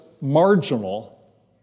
marginal